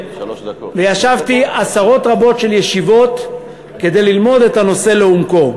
וישבתי עשרות רבות של ישיבות כדי ללמוד את הנושא לעומקו.